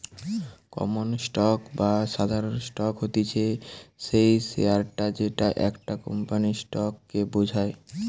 common stock বা সাধারণ stock হতিছে সেই শেয়ারটা যেটা একটা কোম্পানির স্টক কে বোঝায়